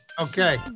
Okay